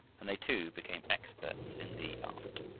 and they, too, became experts in the art.